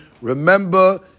remember